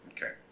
Okay